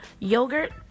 yogurt